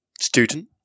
student